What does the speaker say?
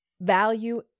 value